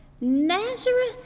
Nazareth